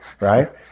right